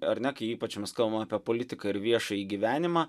ar ne kai ypač mes kalbam apie politiką ir viešąjį gyvenimą